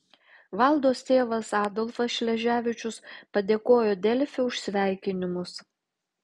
valdos tėvas adolfas šleževičius padėkojo delfi už sveikinimus